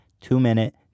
two-minute